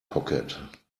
pocket